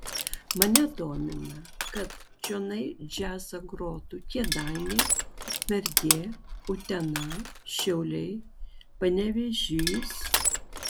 mane domina kad čionai džiazą grotų kėdainiai ukmergė utena šiauliai panevėžys